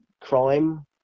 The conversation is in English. crime